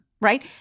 right